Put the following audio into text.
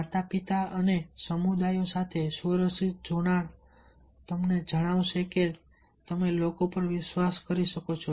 માતા પિતા અને સમુદાય સાથે સુરક્ષિત જોડાણ તમને જણાવશે કે તમે લોકો પર વિશ્વાસ કરી શકો છો